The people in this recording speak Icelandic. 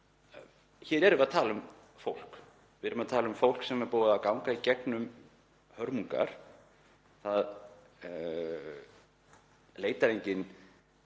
hér erum við að tala um fólk. Við erum að tala um fólk sem er búið að ganga í gegnum hörmungar. Það leitar enginn